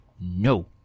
no